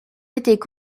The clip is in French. étaient